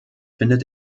findet